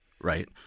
right